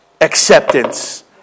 acceptance